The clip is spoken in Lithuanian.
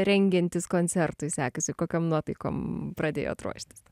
rengiantis koncertui sekasi kokiom nuotaikom pradėjot ruoštis